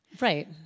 right